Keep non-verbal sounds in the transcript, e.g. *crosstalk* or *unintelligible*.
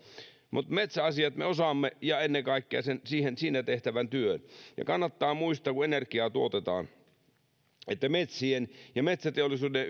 mutta metsäasiat me osaamme ja ennen kaikkea siinä tehtävän työn ja kannattaa muistaa kun energiaa tuotetaan metsien ja metsäteollisuuden *unintelligible*